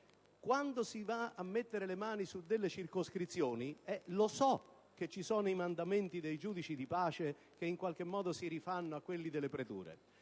Quando si mettono le mani sulle circoscrizioni giudiziarie, lo so che ci sono i mandamenti dei giudici di pace che in qualche modo si rifanno a quelli delle procure,